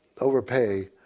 overpay